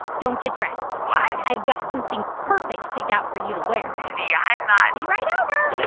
don't get dressed what? i've got something perfect picked out for you to wear mindy, i'm not. be right over